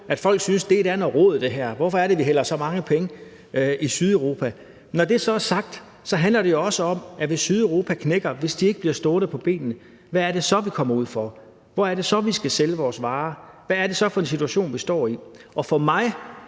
ved – og at de spørger, hvorfor vi hælder så mange penge i Sydeuropa. Når det så er sagt, handler det også om, at hvis Sydeuropa knækker, hvis de ikke bliver stående på benene, hvad er det så, vi kommer ud for? Hvor er det så, vi skal sælge vores varer? Hvad er det så for en situation, vi står i? Jeg